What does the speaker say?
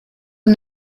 und